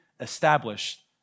established